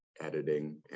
editing